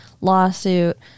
lawsuit